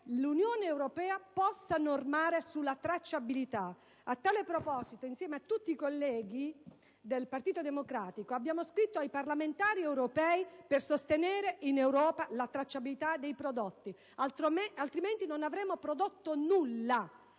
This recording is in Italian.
l'Unione europea possa varare una normativa sulla tracciabilità. A tale proposito, insieme a tutti i colleghi del Partito Democratico, abbiamo scritto ai parlamentari europei per sostenere in Europa la tracciabilità dei prodotti. Diversamente, il nostro lavoro